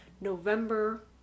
November